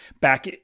back